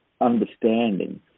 understanding